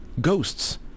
ghosts